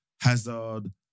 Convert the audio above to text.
Hazard